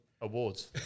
Awards